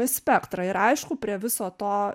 spektrą ir aišku prie viso to